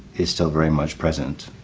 is still very much present.